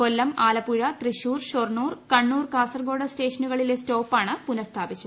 കൊല്ലം ആലപ്പുഴ തൃശ്ശൂര് ഷൊർണ്ണൂർ കണ്ണൂർ കാസർക്ട്രോസ്ട് സ്റ്റേഷനുകളിലെ സ്റ്റോപ്പാണ് പുനഃസ്ഥാപിച്ചത്